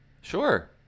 Sure